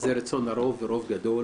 זה רצון הרוב ורוב גדול